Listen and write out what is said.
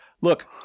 look